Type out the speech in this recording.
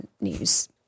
news